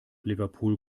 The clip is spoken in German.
liverpool